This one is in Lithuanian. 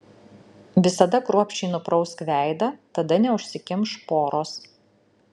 visada kruopščiai nuprausk veidą tada neužsikimš poros